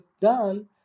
done